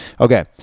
Okay